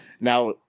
Now